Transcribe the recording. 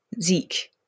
Zeke